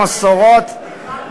מה זה "מספיק?